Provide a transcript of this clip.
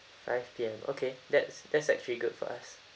five P_M okay that's that's actually good for us